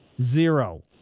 Zero